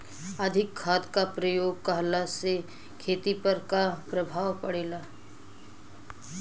अधिक खाद क प्रयोग कहला से खेती पर का प्रभाव पड़ेला?